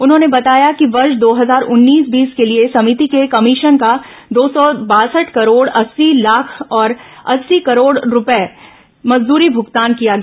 उन्होंने बताया कि वर्ष दो हजार उन्नीस बीस के लिए समिति के कमीशन का दो सौ बासठ करोड़ अस्सी लाख और अस्सी करोड़ रूपये मजदूरी भूगतान किया गया